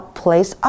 place